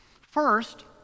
First